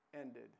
ended